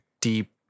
deep